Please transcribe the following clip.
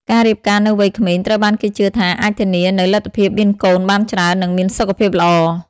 ការរៀបការនៅវ័យក្មេងត្រូវបានគេជឿថាអាចធានានូវលទ្ធភាពមានកូនបានច្រើន និងមានសុខភាពល្អ ។